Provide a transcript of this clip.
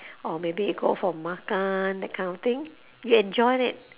or maybe you go for makan that kind of thing you enjoy it